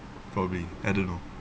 probably I don't know